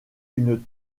une